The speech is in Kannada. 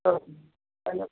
ಹಾಂ ಹಲೋ